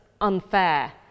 unfair